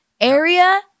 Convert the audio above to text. area